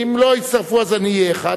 ואם לא יצטרפו אני אהיה אחד,